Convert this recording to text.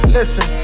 Listen